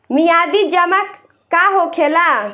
मियादी जमा का होखेला?